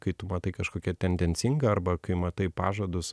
kai tu matai kažkokia tendencinga arba kai matai pažadus